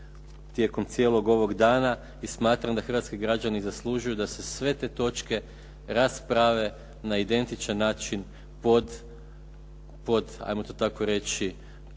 tijekom cijelog ovog dana i smatram da hrvatski građani zaslužuju da se sve te točke rasprave na identičan način pod, ajmo to tako reći,